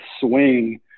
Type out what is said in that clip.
swing